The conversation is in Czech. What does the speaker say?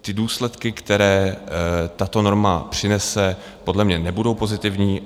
Ty důsledky, které tato norma přinese, podle mě nebudou pozitivní.